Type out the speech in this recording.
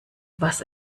was